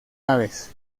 aves